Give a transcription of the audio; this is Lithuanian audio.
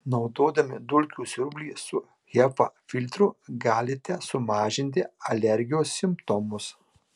naudodami dulkių siurblį su hepa filtru galite sumažinti alergijos simptomus